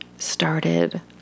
started